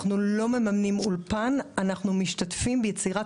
אנחנו לא מממנים אולפן אנחנו משתתפים ביצירת